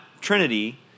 Trinity